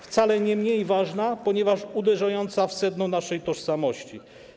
Wcale nie mniej ważna, ponieważ uderzająca w sedno naszej tożsamości.